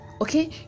Okay